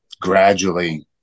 gradually